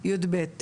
יב'?